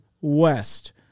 west